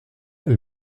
elle